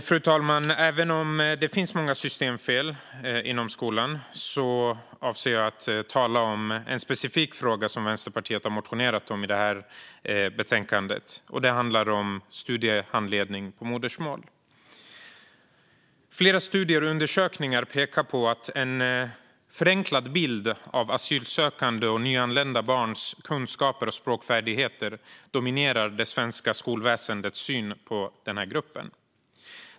Fru talman! Även om det finns många systemfel inom skolan avser jag att tala om en specifik fråga som Vänsterpartiet har motionerat om i det här betänkandet. Det handlar om studiehandledning på modersmål. Flera studier och undersökningar pekar på att en förenklad bild av asylsökande och nyanlända barns kunskaper och språkfärdigheter dominerar det svenska skolväsendets syn på den här gruppen.